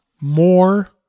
more